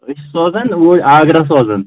أسۍ چھِ سوزان اوٗرۍ آگراہ سوزان